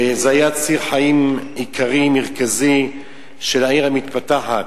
וזה היה ציר חיים עיקרי מרכזי של העיר המתפתחת,